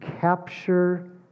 capture